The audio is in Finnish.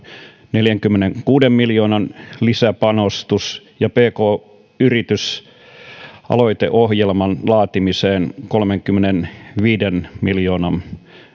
neljänkymmenenkuuden miljoonan lisäpanostus ja pk yritysaloiteohjelman laajentamiseen kolmenkymmenenviiden miljoonan